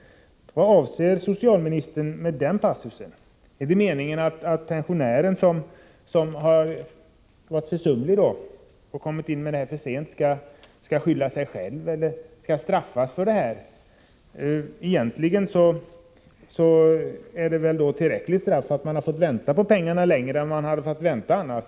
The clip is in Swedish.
Vad avser socialministern med den passusen? Är det meningen att den pensionär som har varit försumlig och kommit in sent med ansökan skall skylla sig själv eller skall straffas för detta? Egentligen är det tillräckligt straff att man fått vänta längre på pengarna än man skulle ha behövt annars.